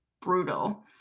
brutal